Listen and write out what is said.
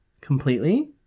completely